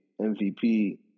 MVP